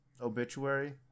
obituary